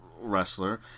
wrestler